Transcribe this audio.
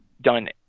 done